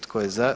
Tko je za?